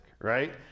right